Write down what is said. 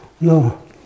no